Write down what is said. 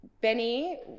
benny